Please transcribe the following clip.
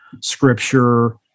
scripture